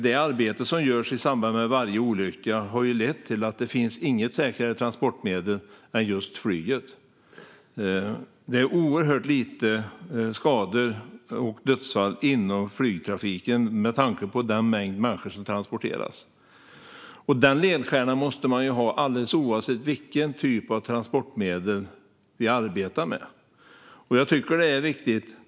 Det arbete som görs i samband med varje olycka har lett till att det inte finns något säkrare transportmedel än just flyget. Det är oerhört lite skador och få dödsfall i flygtrafiken, med tanke på den mängd människor som transporteras. Och den ledstjärnan måste man ju ha alldeles oavsett vilken typ av transportmedel man arbetar med.